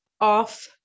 off